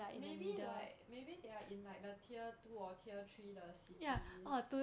maybe like maybe they are in like the tier two or tier three the cities